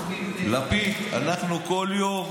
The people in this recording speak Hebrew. לפיד, אנחנו כל יום